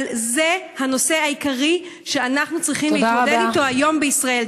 אבל זה הנושא העיקרי שאנחנו צריכים להתמודד אתו היום בישראל.